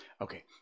Okay